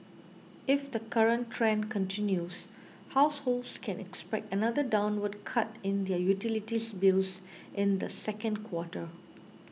if the current trend continues households can expect another downward cut in utilities bills in the second quarter